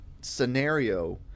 scenario